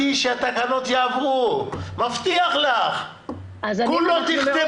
ואנחנו 4.73. כמה מדינות סקרת?